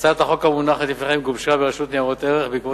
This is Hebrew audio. הצעת החוק המונחת לפניכם גובשה ברשות לניירות ערך בעקבות